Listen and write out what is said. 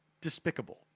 despicable